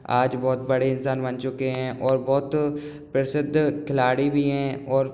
आज बहुत बड़े इंसान बन चुके हैं और बहुत प्रसिद्ध खिलाड़ी भी हैं और